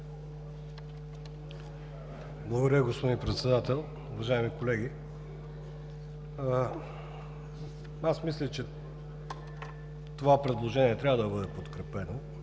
Благодаря, господин Председател. Уважаеми колеги, мисля, че това предложение трябва да бъде подкрепено,